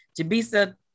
Jabisa